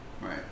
Right